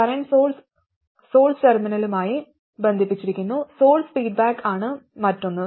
current source source ടെർമിനലുമായി ബന്ധിപ്പിച്ചിരിക്കുന്ന source feedback ആണ് മറ്റൊന്ന്